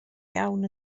iawn